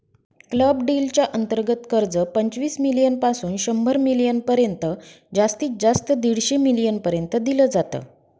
club deal च्या अंतर्गत कर्ज, पंचवीस मिलीयन पासून शंभर मिलीयन पर्यंत जास्तीत जास्त दीडशे मिलीयन पर्यंत दिल जात